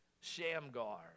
Shamgar